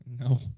No